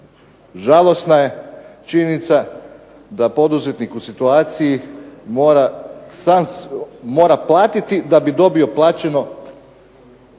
žalosna je činjenica da poduzetnik u situaciji mora platiti da bi dobio plaćeno